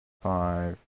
Five